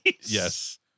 Yes